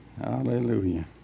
Hallelujah